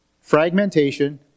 Fragmentation